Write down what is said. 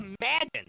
imagine